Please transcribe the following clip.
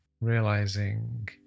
realizing